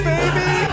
Baby